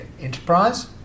enterprise